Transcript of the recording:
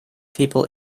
people